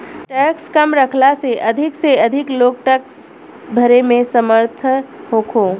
tax कम रखला से अधिक से अधिक लोग टैक्स भरे में समर्थ होखो